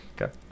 Okay